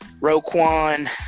Roquan